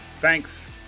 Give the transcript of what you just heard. Thanks